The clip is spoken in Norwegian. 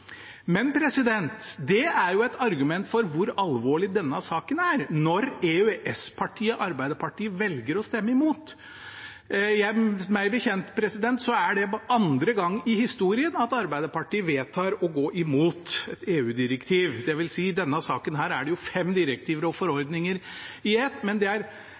Men det er et argument for hvor alvorlig denne saken er, når EØS-partiet Arbeiderpartiet velger å stemme imot. Det er meg bekjent andre gang i historien at Arbeiderpartiet vedtar å gå imot EU-direktiv, dvs. i denne saken er det fem direktiv og forordninger i ett – det er